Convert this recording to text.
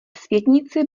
světnici